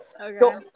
Okay